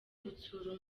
gutsura